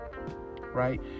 right